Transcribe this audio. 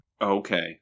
Okay